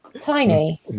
Tiny